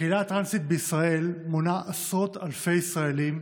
הקהילה הטרנסית בישראל מונה עשרות אלפי ישראלים,